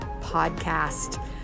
podcast